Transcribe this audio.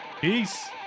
Peace